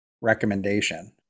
recommendation